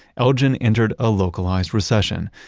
elgin entered a localized recession,